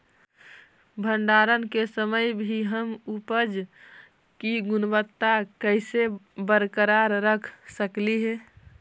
भंडारण के समय भी हम उपज की गुणवत्ता कैसे बरकरार रख सकली हे?